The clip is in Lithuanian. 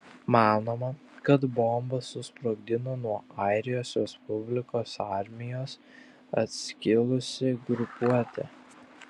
manoma kad bombą susprogdino nuo airijos respublikos armijos atskilusi grupuotė